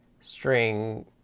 string